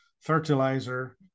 fertilizer